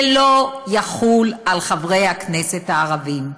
זה לא יחול על חברי הכנסת הערבים.